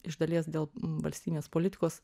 iš dalies dėl valstybinės politikos